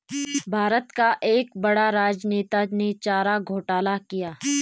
भारत का एक बड़ा राजनेता ने चारा घोटाला किया